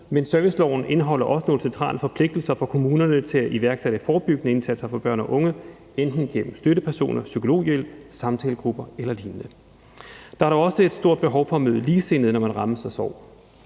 Men serviceloven indeholder også nogle centrale forpligtelser for kommunerne til at iværksætte forebyggende indsatser for børn og unge enten gennem støttepersoner, psykologhjælp, samtalegrupper eller lignende. Der er dog også et stort behov for at møde ligesindede, når man rammes af sorg.